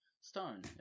Stone